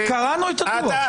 קראנו את הדוח.